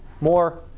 more